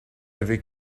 avez